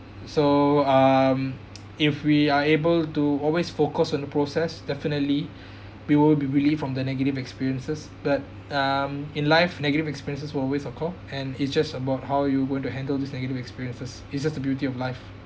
so um if we are able to always focus on the process definitely we will be relieved from the negative experiences but um in life negative experiences will always occur and it's just about how you going to handle this negative experiences it's just the beauty of life